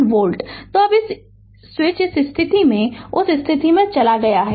तो अब स्विच इस स्थिति से उस स्थिति में चला गया है